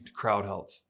CrowdHealth